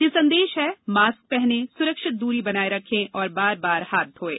ये संदेश हैं मास्क पहनें सुरक्षित दूरी बनाए रखें और बार बार हाथ धोयें